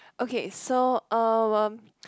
okay so um